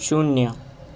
શૂન્ય